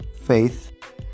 faith